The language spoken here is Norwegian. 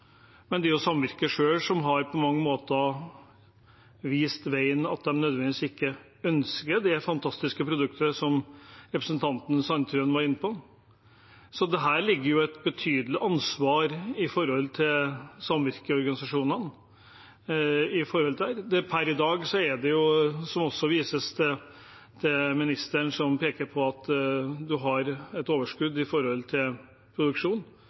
det er samvirket selv som på mange måter har vist veien, at de ikke nødvendigvis ønsker det fantastiske produktet som representanten Sandtrøen var inne på. Så det ligger et betydelig ansvar hos samvirkeorganisasjonene når det gjelder dette. Per i dag er det, som også ministeren viste til,